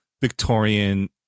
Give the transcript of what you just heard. Victorian